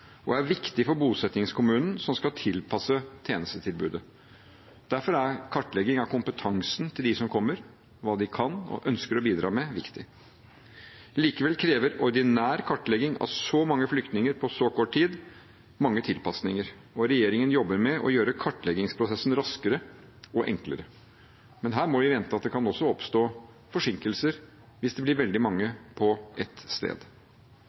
og det er viktig for bosettingskommunen som skal tilpasse tjenestetilbudet. Derfor er kartlegging av kompetansen til dem som kommer, av hva de kan og ønsker å bidra med, viktig. Likevel krever ordinær kartlegging av så mange flyktninger på så kort tid mange tilpasninger, og regjeringen jobber med å gjøre kartleggingsprosessen raskere og enklere. Men her må vi vente at det også kan oppstå forsinkelser hvis det blir veldig mange på ett sted.